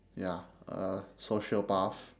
ya a sociopath